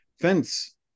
Fence